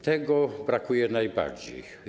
Tego brakuje najbardziej.